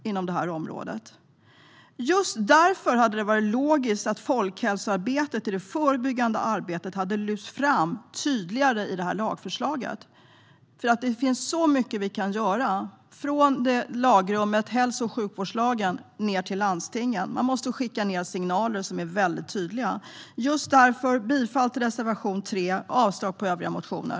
Därför hade det varit logiskt att tydligare lyfta fram folkhälsoarbetet i det förebyggande arbetet i detta lagförslag. Det finns så mycket vi kan göra från hälso och sjukvårdslagen ned till landstingen. Vi måste skicka tydliga signaler. Jag yrkar bifall till reservation 3 och avslag på övriga motioner.